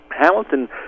Hamilton